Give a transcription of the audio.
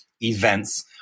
events